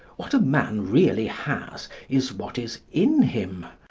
what a man really has, is what is in him.